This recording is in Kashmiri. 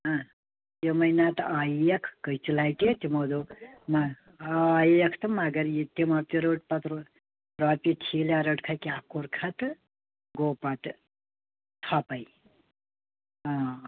تِمے نَتہٕ آییکھ کٔژِ لَٹہِ تِمو دوٚپ نَہ آییٚکھ تہٕ مگر یہِ تِمو تہِ رٔٹ پتہٕ رۄپیہِ ٹھیٖلہ رٔٹکھا کیٛاہ کوٚرکھا تہٕ گوٚو پَتہٕ ژھوٚپے ٲں